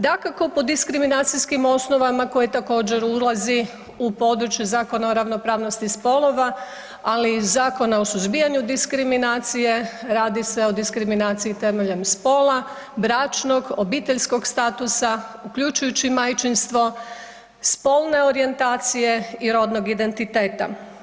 Dakako po diskriminacijskim osnovama koje također, ulazi u područje Zakona o ravnopravnosti spolova ali i Zakona o suzbijanju diskriminacije, radi se o diskriminaciji temeljem spola, bračnog, obiteljskog statusa, uključujući majčinstvo, spolne orijentacije i rodnog identiteta.